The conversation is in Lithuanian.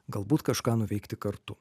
galbūt kažką nuveikti kartu